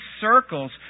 circles